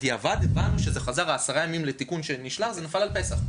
ובדיעבד הבנו ש-10 ימים שזה חזר לתיקון נפלו בדיוק על פסח.